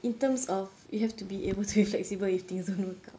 in terms of you have to be able to be flexible if things don't work out